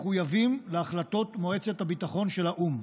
מחויבים להחלטות מועצת הביטחון של האו"ם.